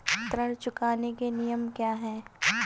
ऋण चुकाने के नियम क्या हैं?